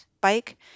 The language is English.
bike